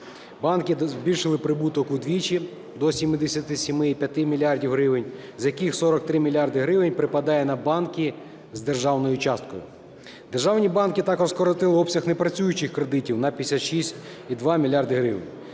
Банки збільшили прибуток вдвічі до 77,5 мільярда гривень, з яких 43 мільярди гривень припадає на банки з державною часткою. Державні банки також скоротили обсяг непрацюючих кредитів на 56,2 мільярда